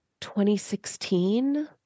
2016